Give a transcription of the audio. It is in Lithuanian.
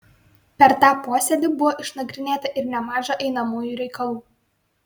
per tą posėdį buvo išnagrinėta ir nemaža einamųjų reikalų